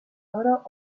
oro